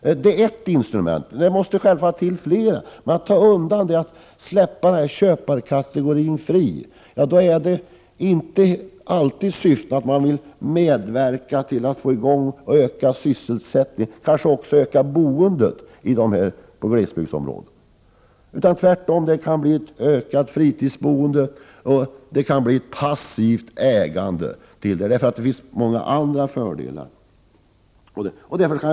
Det är ett instrument, men flera måste självfallet till. Om man släpper köparkategorin fri, kanske det sker köp som inte alltid medverkar till att man får i gång eller ökar sysselsättningen eller ökar boendet i glesbygdsområdena. Det kan tvärtom medföra ett ökat fritidsboende, ett passivt ägande, därför att det medför vissa andra fördelar för köparen.